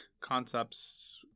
concepts